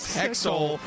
hexol